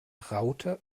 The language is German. raute